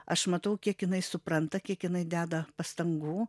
aš matau kiek jinai supranta kiek jinai deda pastangų